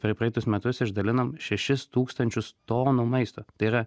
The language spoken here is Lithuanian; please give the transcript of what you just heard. per praeitus metus išdalinome šešis tūkstančius tonų maisto tai yra